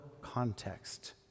context